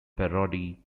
parody